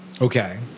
okay